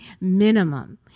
minimum